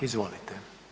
Izvolite.